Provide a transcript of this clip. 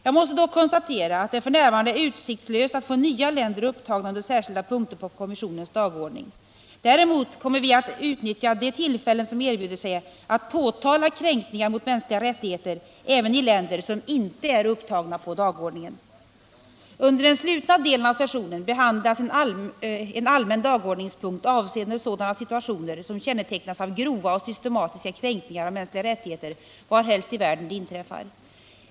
Jag måste konstatera att det f. n. är utsiktslöst att få nya länder upptagna under särskilda punkter på kommissionens dagordning. Däremot kommer vi att utnyttja de tillfällen som erbjuder sig att påtala kränkningar mot mänskliga rättigheter även i länder, som inte är upptagna på dagordningen. Under den slutna delen av sessionen behandlas en allmän dagordningspunkt, avseende sådana situationer som kännetecknas av grova och systematiska kränkningar av mänskliga rättigheter varhelst i världen de inträffar.